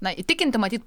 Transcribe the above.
na įtikinti matyt